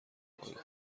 کنم